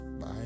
Bye